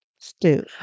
stew